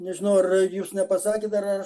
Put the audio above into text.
nežinau ar jūs nepasakėt ar aš